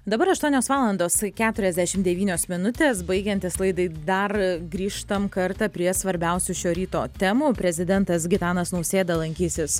dabar aštuonios valandos keturiasdešimt devynios minutės baigiantis laidai dar grįžtam kartą prie svarbiausių šio ryto temų prezidentas gitanas nausėda lankysis